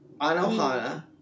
Anohana